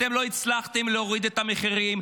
אתם לא הצלחתם להוריד את המחירים,